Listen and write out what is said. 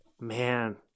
man